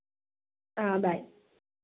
bye